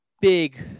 Big